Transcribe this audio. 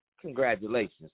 congratulations